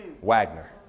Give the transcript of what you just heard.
Wagner